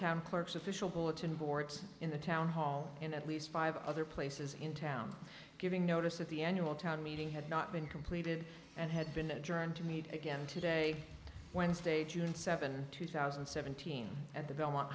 town clerk's official bulletin boards in the town hall in at least five other places in town giving notice at the annual town meeting had not been completed and had been adjourned to meet again today wednesday june seven two thousand and seventeen at the belmont